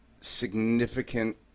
significant